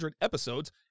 episodes